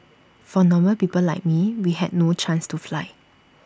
for normal people like me we had no chance to fly